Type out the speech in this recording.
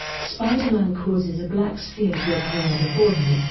spider-man causes a black sphere to appear before him,